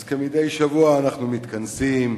אז כמדי שבוע אנחנו מתכנסים,